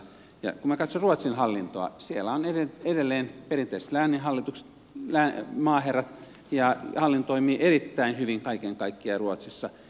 kun minä katson ruotsin hallintoa siellä on edelleen perinteiset lääninhallitukset ja maaherrat ja hallinto toimii erittäin hyvin kaiken kaikkiaan ruotsissa